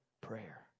prayer